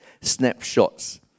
snapshots